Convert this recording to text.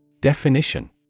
Definition